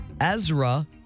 Ezra